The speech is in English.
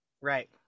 Right